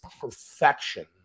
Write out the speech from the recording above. perfection